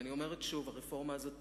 ואני אומרת שוב: הרפורמה הזאת